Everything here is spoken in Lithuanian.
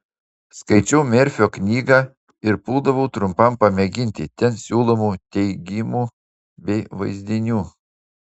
skaičiau merfio knygą ir puldavau trumpam pamėginti ten siūlomų teigimų bei vaizdinių